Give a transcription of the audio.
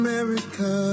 America